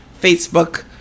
Facebook